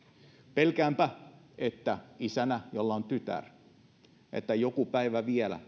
pelkäänpä isänä jolla on tytär että joku päivä vielä